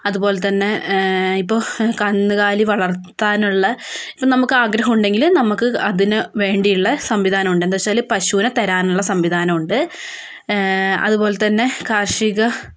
അതുപോലെത്തന്നെ ഇപ്പോൾ കന്നുകാലി വളർത്താനുള്ള ഇപ്പോൾ നമുക്ക് ആഗ്രഹം ഉണ്ടെങ്കിൽ നമുക്ക് അതിന് വേണ്ടിയുള്ള സംവിധാനം ഉണ്ട് എന്താവച്ചാൽ പശുവിനെ തരാനുള്ള സംവിധാനം ഉണ്ട് അതുപോലെത്തന്നെ കാർഷിക